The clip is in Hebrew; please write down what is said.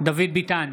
דוד ביטן,